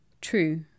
True